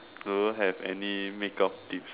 do you have any makeup tips